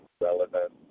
relevant